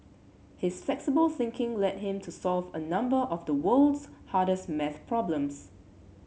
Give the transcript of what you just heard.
his flexible thinking led him to solve a number of the world's hardest math problems